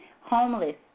Homeless